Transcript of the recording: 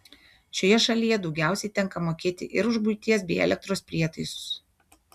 šioje šalyje daugiausiai tenka mokėti ir už buities bei elektros prietaisus